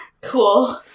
Cool